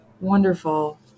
wonderful